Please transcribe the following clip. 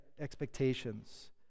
expectations